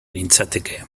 nintzateke